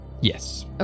Yes